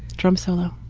drum solo.